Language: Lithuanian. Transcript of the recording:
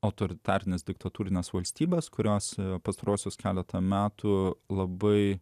autoritarinės diktatūrinės valstybės kurios pastaruosius keletą metų labai